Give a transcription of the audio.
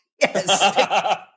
Yes